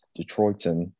Detroitan